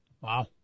Wow